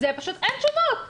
זה פשוט שאין תשובות.